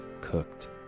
cooked